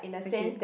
okay